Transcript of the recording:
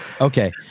Okay